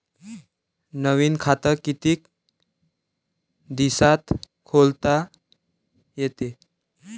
नवीन खात कितीक दिसात खोलता येते?